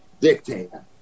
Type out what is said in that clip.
Dictator